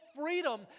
freedom